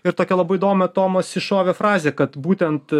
ir tokią labai įdomią tomas iššovė frazę kad būtent